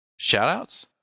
shoutouts